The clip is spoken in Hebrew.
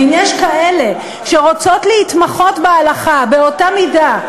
ואם יש כאלה שרוצות להתמחות בהלכה באותה מידה,